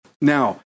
Now